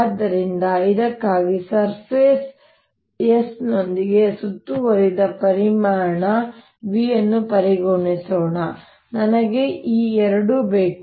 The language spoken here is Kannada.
ಆದ್ದರಿಂದ ಇದಕ್ಕಾಗಿ ಸರ್ಫೇಸ್ S ನೊಂದಿಗೆ ಸುತ್ತುವರಿದ ಪರಿಮಾಣ V ಅನ್ನು ಪರಿಗಣಿಸೋಣ ನನಗೆ ಈ ಎರಡೂ ಬೇಕು